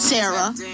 Sarah